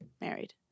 Married